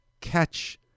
catch